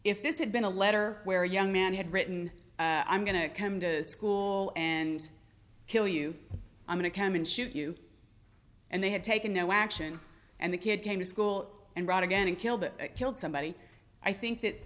this had been a letter where young man had written i'm going to come to school and kill you i'm going to come and shoot you and they had taken no action and the kid came to school and wrote again and killed that killed somebody i think that